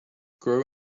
grow